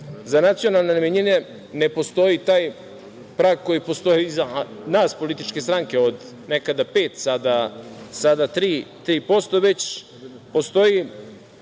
za nacionalne manjine ne postoji taj prag koji postoji za nas političke stranke od nekada pet, sada tri posto,